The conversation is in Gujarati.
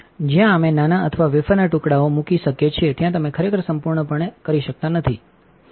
જ્યાં અમે નાના અથવા વેફરના ટુકડાઓ મૂકી શકીએ છીએ ત્યાં તમે ખરેખર સંપૂર્ણ પણ કરી શકતા નથી